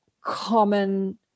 common